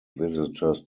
visitors